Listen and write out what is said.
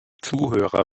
zuhörer